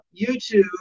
YouTube